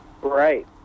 right